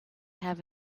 have